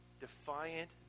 defiant